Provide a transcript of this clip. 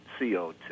CO2